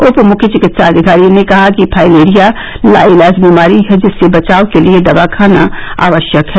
उप मुख्य चिकित्साधिकारी ने कहा कि फाइलेरिया लाइलाज बीमारी है जिससे बचाव के लिए दवा खाना आवश्यक है